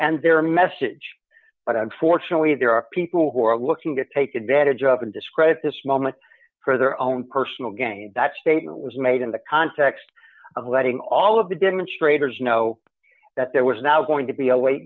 and their message but unfortunately there are people who are looking to take advantage of and discredit this moment for their own personal gain that statement was made in the context of letting all of the demonstrators know that there was now going to be